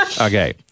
Okay